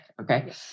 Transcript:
okay